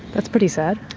that's pretty sad.